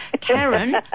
Karen